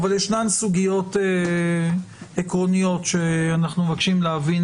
אבל ישנן סוגיות עקרוניות שאנחנו מבקשים להבין